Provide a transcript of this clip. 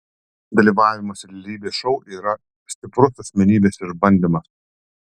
dalyvavimas realybės šou yra stiprus asmenybės išbandymas